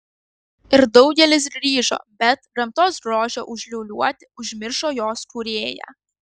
ir daugelis grįžo bet gamtos grožio užliūliuoti užmiršo jos kūrėją